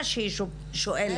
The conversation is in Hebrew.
זה מה שהיא שואלת.